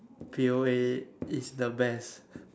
P_O_A is the best